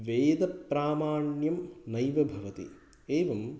वेदप्रामाण्यं नैव भवति एवं